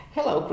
Hello